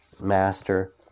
master